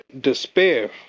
despair